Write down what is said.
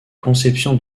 conception